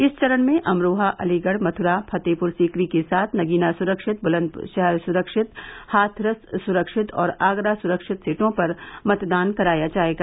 इस चरण में अमरोहा अलीगढ़ मथुरा फतेहपुर सीकरी के साथ नगीना सुरक्षित बुलंदशहर सुरक्षित हाथरस सुरक्षित और आगरा सुरक्षित सीटों पर मतदान कराया जायेगा